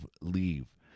leave